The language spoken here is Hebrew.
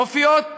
מופיעות